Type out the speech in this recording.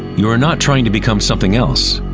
you are not trying to become something else.